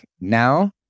now